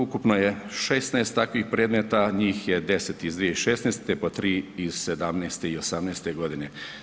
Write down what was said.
Od ukupno je 16 takvih predmeta, njih je 10 iz 2016., po 3 iz 2017. i 18. godine.